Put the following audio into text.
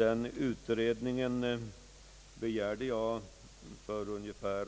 Jag begärde denna utredning för ungefär